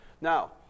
Now